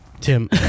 Tim